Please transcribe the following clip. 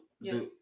Yes